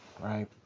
right